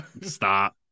stop